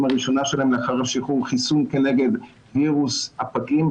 הראשונה שלהם לאחר השחרור חיסון כנגד וירוס הפגים,